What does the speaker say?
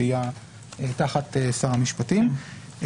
שהיא תחת שר המשפטים.